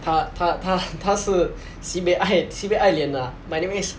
他他他他是 sibeh 爱 sibeh 爱脸 lah but thing is